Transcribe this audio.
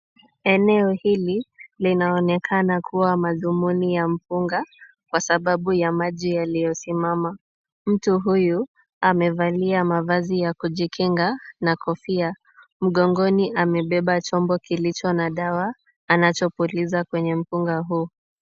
Eneo hili linaonekana kuwa mathumuni ya mpunga, kwasababu ya maji yaliyosimama. Mtu huyu amevalia mavazi ya kujikinga na kofia. Mgongoni amebeba chombo kilicho na dawa, anachopuliza kwenye mpunga huu.